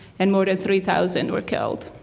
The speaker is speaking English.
and more than three thousand were killed.